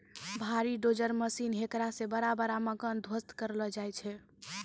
भारी dozer machine हेकरा से बड़ा बड़ा मकान ध्वस्त करलो जाय छै